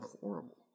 horrible